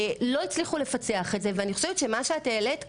לא הצליחו לפצח את זה ואני חושבת שמה שאת העלית כאן,